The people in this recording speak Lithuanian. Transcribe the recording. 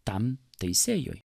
tam teisėjui